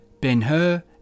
Ben-Hur